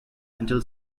until